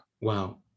Wow